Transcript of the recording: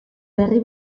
berri